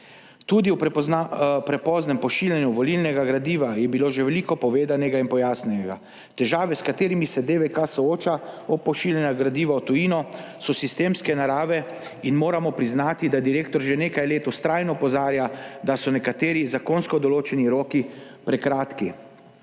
Tudi ob prepoznem pošiljanju volilnega gradiva je bilo že veliko povedanega in pojasnjenega. Težave, s katerimi se DVK sooča ob pošiljanju gradiva v tujino so sistemske narave in moramo priznati, da direktor že nekaj let vztrajno opozarja, da so nekateri zakonsko določeni roki prekratki.